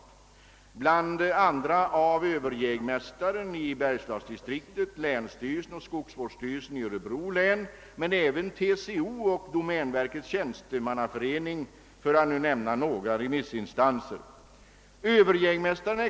Detta gäller bl.a. överjägmästaren i bergslagsdistriktet, länsstyrelsen och skogsvårdsstyrelsen i Örebro län men även TCO och domänverkets tjänstemannaförening, för att nu nämna några remissinstanser som har denna uppfattning.